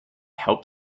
helped